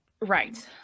Right